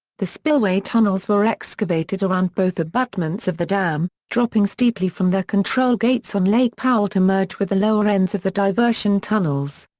the spillway tunnels were excavated around both abutments of the dam, dropping steeply from their control gates on lake powell to merge with the lower ends of the diversion tunnels.